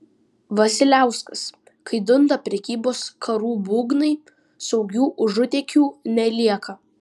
vasiliauskas kai dunda prekybos karų būgnai saugių užutėkių nelieka